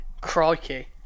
Crikey